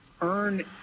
earn